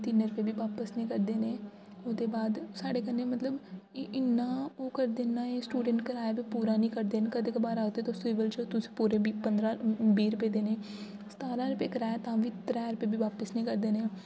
तिन्न रपेऽ बी बापस निं करदे न एह् ओह्दे बाद साढ़े कन्नै मतलब इ'न्ना ओह् करदे न एह् स्टूडेंट कराया बी पूरा निं कटदे न एह् कदें कबार आखदे तुस सिविल च हो तुसें पूरे पंद्रहां बीह् रपेऽ देने सतारां रपेऽ कराया तां बी त्रैऽ रपेऽ बी बापस निं करदे न